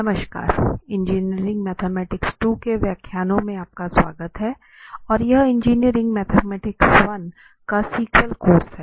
नमस्कार engineering mathematics II के व्याख्यानों में आपका स्वागत है और यह इंजीनियरिंग मैथमेटिक्स I का सीक्वल कोर्स है